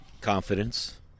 Confidence